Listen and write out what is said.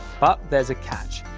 but there's a catch.